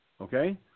okay